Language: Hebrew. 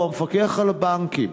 או המפקח על הבנקים,